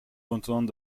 contenant